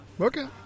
okay